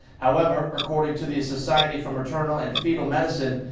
however. according to the society for maternal and fetal medicine.